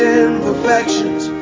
imperfections